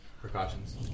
precautions